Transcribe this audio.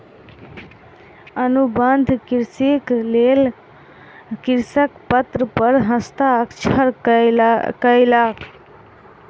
अनुबंध कृषिक लेल कृषक पत्र पर हस्ताक्षर कयलक